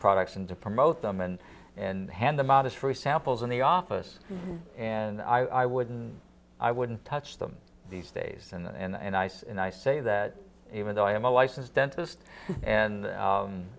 products and to promote them and and hand them out as free samples in the office and i wouldn't i wouldn't touch them these days and ice and i say that even though i am a license dentist and